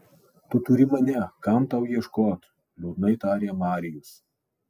tu turi mane kam tau ieškot liūdnai tarė marijus